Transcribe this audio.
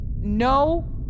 No